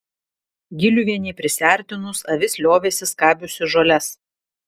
giliuvienei prisiartinus avis liovėsi skabiusi žoles